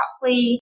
properly